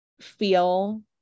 feel